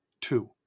Two